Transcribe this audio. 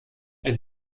ein